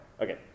okay